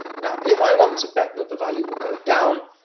now, if i want to bet that the value will go down,